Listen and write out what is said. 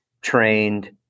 trained